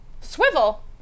Swivel